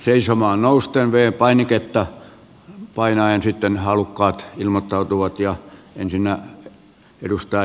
seisomaan nousten ja v painiketta painaen halukkaat voivat ilmoittautua